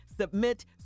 submit